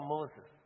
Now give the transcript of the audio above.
Moses